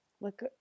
look